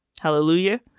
Hallelujah